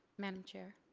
madame chair.